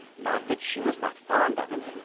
not that she was not fond of him.